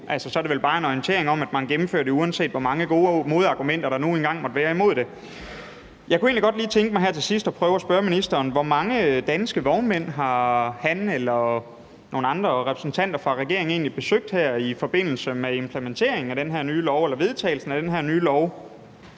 Så er det vel bare en orientering om, at man gennemfører det, uanset hvor mange gode argumenter der nu engang måtte være imod det. Jeg kunne egentlig godt lige tænke mig her til sidst at prøve at spørge ministeren: Hvor mange danske vognmænd har han eller nogle andre repræsentanter fra regeringen egentlig besøgt i forbindelse med vedtagelsen af den her nye lov?